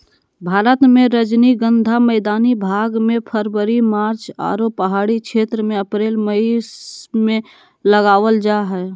भारत मे रजनीगंधा मैदानी भाग मे फरवरी मार्च आरो पहाड़ी क्षेत्र मे अप्रैल मई मे लगावल जा हय